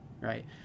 right